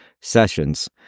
sessions